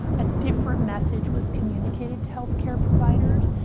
a different message was communicated to health care providers.